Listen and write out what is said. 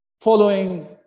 following